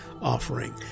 offering